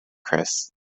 kris